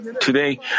Today